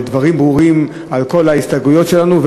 דברים ברורים על כל ההסתייגויות שלנו,